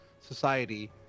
society